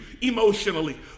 emotionally